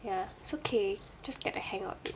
ya it's okay just get the hang of it